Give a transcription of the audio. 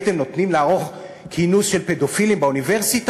הייתם נותנים לערוך כינוס של פדופילים באוניברסיטה?"